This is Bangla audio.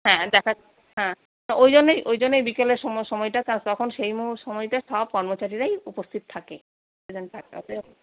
হ্যাঁ হ্যাঁ ওই জন্যই ওই জন্যই বিকেলের সময় সময়টা তখন সেই সময়টা সব কর্মচারীরাই উপস্থিত থাকে প্রেজেন্ট থাকে